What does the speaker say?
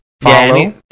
Follow